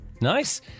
Nice